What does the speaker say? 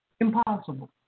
impossible